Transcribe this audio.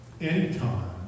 anytime